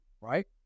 right